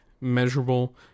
Measurable